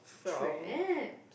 tram